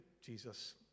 jesus